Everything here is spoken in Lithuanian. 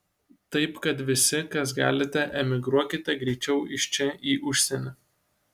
taip kad visi kas galite emigruokite greičiau iš čia į užsienį